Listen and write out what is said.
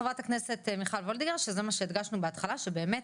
חברת הכנסת מיכל וולדיגר ושזה מה שהדגשנו בהתחלה שבאמת,